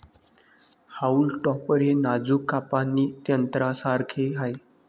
haulm topper हे नाजूक कापणी यंत्रासारखे आहे